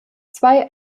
zwei